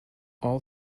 all